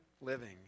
living